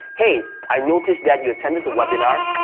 hey, i noticed that you attended the webinar,